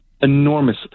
enormous